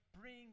Bring